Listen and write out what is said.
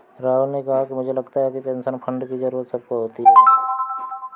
राहुल ने कहा कि मुझे लगता है कि पेंशन फण्ड की जरूरत सबको होती है